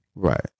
Right